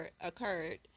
occurred